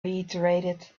reiterated